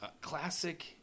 classic